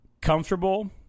comfortable